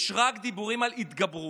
יש רק דיבורים על התגברות.